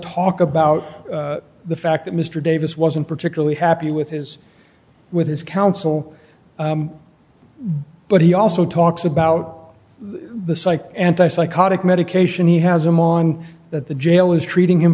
talk about the fact that mr davis wasn't particularly happy with his with his counsel but he also talks about the psych anti psychotic medication he has among that the jail is treating him